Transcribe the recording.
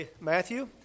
Matthew